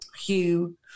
Hugh